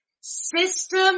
system